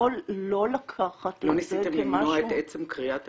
לא לקחת את זה כמשהו --- לא ניסיתם למנוע את עצם כריית המידע.